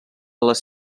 les